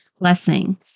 blessing